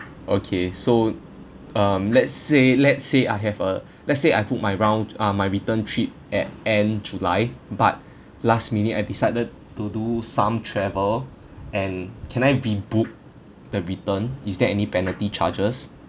okay so um let's say let's say I have a let's say I put my round uh my return trip at end july but last minute I decided to do some travel and can I rebook the return is there any penalty charges